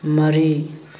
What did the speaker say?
ꯃꯔꯤ